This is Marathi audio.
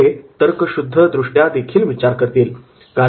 ते तर्कशुद्ध विचार करतील